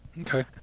Okay